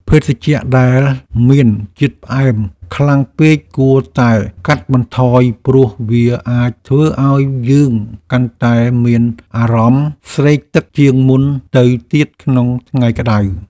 ភេសជ្ជៈដែលមានជាតិផ្អែមខ្លាំងពេកគួរតែកាត់បន្ថយព្រោះវាអាចធ្វើឱ្យយើងកាន់តែមានអារម្មណ៍ស្រេកទឹកជាងមុនទៅទៀតក្នុងថ្ងៃក្តៅ។